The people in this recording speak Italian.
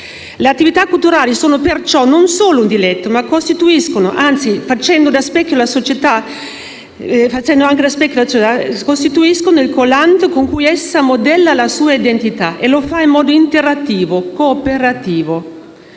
Le attività culturali sono perciò non solo un diletto, ma costituiscono, anzi, facendo da specchio alla società, il collante con cui essa modella la sua identità e lo fa in modo interattivo, cooperativo.